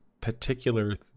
particular